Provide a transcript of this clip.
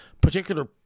particular